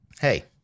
hey